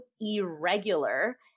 irregular